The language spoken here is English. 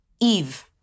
Eve